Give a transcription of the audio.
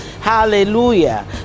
hallelujah